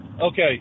Okay